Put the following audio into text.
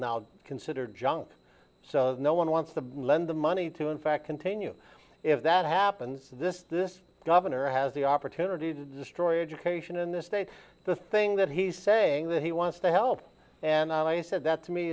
now considered junk so no one wants to lend the money to in fact continue if that happens this this governor has the opportunity to destroy adjudication in this state the thing that he's saying that he wants to help and i said that to me